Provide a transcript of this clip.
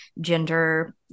gender